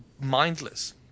mindless